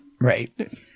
Right